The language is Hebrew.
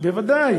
בוודאי.